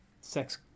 sex